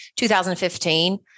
2015